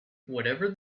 whatever